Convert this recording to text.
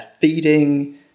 feeding